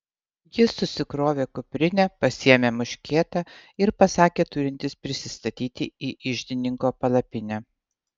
jis susikrovė kuprinę pasiėmė muškietą ir pasakė turintis prisistatyti į iždininko palapinę